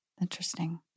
interesting